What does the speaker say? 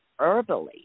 herbally